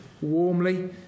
warmly